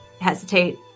hesitate